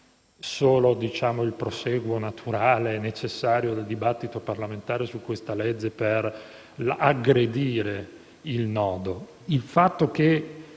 il prosieguo naturale e necessario del dibattito parlamentare su questa legge per "aggredire" il nodo.